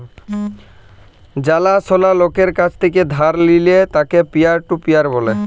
জালা সলা লকের কাছ থেক্যে ধার লিলে তাকে পিয়ার টু পিয়ার ব্যলে